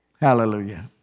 Hallelujah